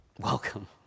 Welcome